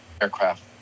aircraft